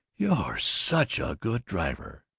you're such a good driver!